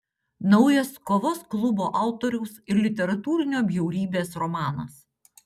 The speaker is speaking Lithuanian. naujas kovos klubo autoriaus ir literatūrinio bjaurybės romanas